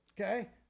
Okay